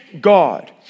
God